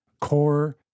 core